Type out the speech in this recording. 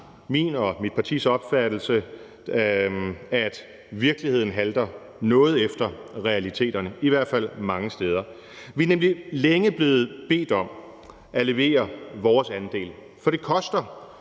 min og mit partis opfattelse, at virkeligheden halter noget efter realiteterne, i hvert fald mange steder. Vi er nemlig længe blevet bedt om at levere vores andel, for det koster